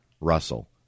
Russell